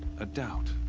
a doubt.